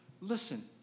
listen